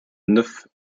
neuf